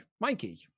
Mikey